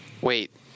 Wait